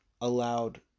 allowed